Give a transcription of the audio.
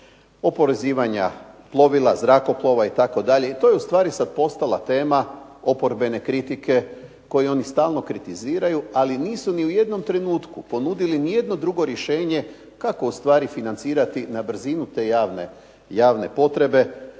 oporezivanja plovila, zrakoplova itd. I to je u stvari sad postala tema oporbene kritike koju oni stalno kritiziraju, ali nisu ni u jednom trenutku ponudili ni jedno drugo rješenje kako u stvari financirati na brzinu te javne potrebe